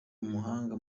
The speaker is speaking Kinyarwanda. umuhanga